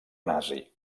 nazi